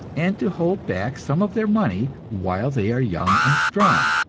and to hold back some of their money while they are young and strong,